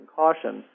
caution